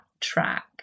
track